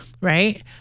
right